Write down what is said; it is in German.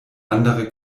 andere